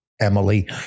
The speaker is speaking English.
Emily